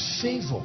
favor